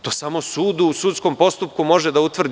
To samo sud u sudskom postupku može da utvrdi.